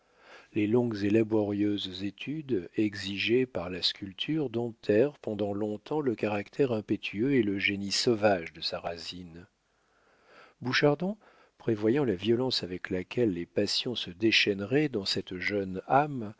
les longues et laborieuses études exigées par la sculpture domptèrent pendant long-temps le caractère impétueux et le génie sauvage de sarrasine bouchardon prévoyant la violence avec laquelle les passions se déchaîneraient dans cette jeune âme